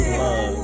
love